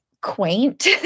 quaint